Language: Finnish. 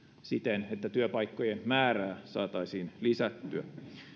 siten että työpaikkojen määrää saataisiin lisättyä